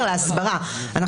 להסברה.